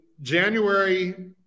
January